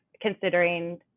considering